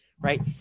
right